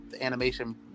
animation